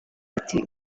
ati